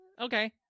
okay